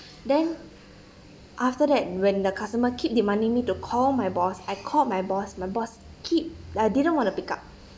then after that when the customer keep demanding me to call my boss I called my boss my boss keep like didn't want to pick up